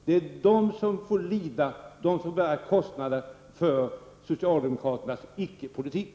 Det är de som får lida och bära kostnaderna för socialdemokraternas icke-politik.